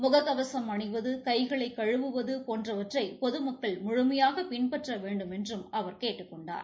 முக கவசம் அணிவது கை களை கழுவுவது போன்றவற்றை பொதுமக்கள் முழுமையாக பின்பற்ற வேண்டுமென்றும் அவர் கேட்டுக் கொண்டார்